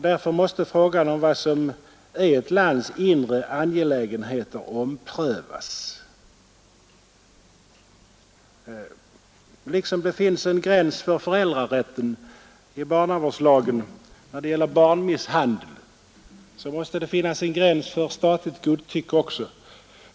Därför måste frågan om vad som är ett lands inre angelägenheter omprövas. Liksom det finns en gräns för föräldrarätten i barnavårdslagen, när det gäller barnmisshandel, måste det finnas en gräns för statligt godtycke också.